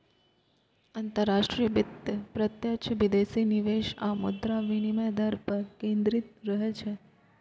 अंतरराष्ट्रीय वित्त प्रत्यक्ष विदेशी निवेश आ मुद्रा विनिमय दर पर केंद्रित रहै छै